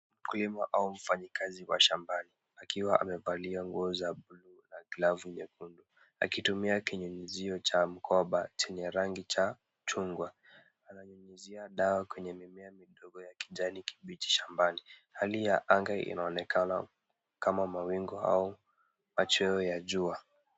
Mkulima au mfanyikazi wa shambani akiwa amevalia nguo za bluu na glavu nyekundu akitumia kinyunyuzio cha mkoba chenye rangi cha chungwa. Ananyunyuzia dawa kwenye mimea midogo ya kijani kibichi shambani. Hali ya anga inaonekana kama mawingu au machweo ya jua.